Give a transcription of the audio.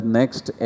next